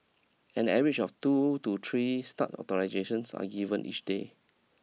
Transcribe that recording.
an average of two to three start authorisations are given each day